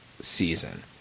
season